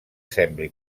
sembli